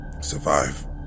Survive